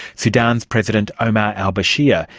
sudan's president omar al-bashir,